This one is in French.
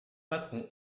patron